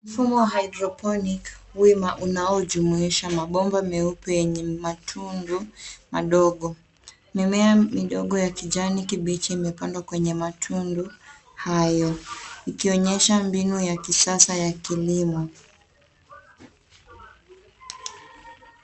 Mfumo wa[cs ] hydroponic[cs ] wima unaojumuisha mabomba meupe yenye matundu madogo. Mimea midogo ya kijani kibichi imepandwa kwenye matundu hayo ikionyesha mbinu ya kisasa ya kilimo.